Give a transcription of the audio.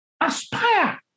Aspire